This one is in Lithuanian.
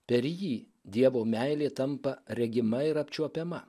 per jį dievo meilė tampa regima ir apčiuopiama